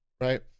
right